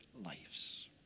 lives